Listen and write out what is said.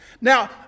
Now